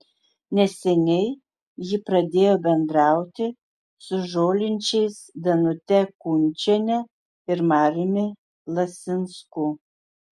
neseniai ji pradėjo bendrauti su žolinčiais danute kunčiene ir mariumi lasinsku